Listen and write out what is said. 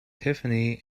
tiffany